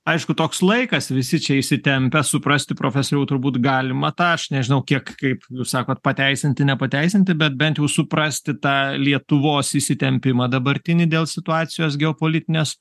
aišku toks laikas visi čia įsitempę suprasti profesoriau turbūt galima tą aš nežinau kiek kaip jūs sakot pateisinti nepateisinti bet bent jau suprasti tą lietuvos įsitempimą dabartinį dėl situacijos geopolitinės